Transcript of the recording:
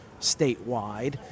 statewide